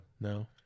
No